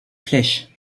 flèches